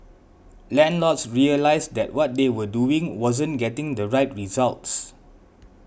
landlords realised that what they were doing wasn't getting the right results